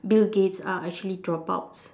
Bill Gates are actually dropouts